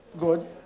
good